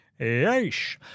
Yeesh